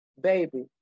baby